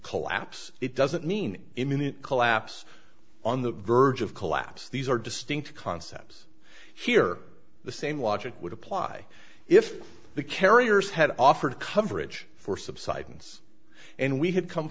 collapse it doesn't mean imminent collapse on the verge of collapse these are distinct concepts here the same logic would apply if the carriers had offered coverage for subsidence and we had come